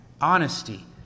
honesty